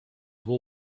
will